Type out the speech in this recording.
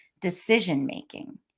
decision-making